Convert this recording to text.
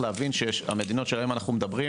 המדינות שעליהן אנו מדברים